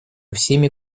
всеми